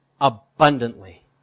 abundantly